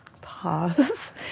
Pause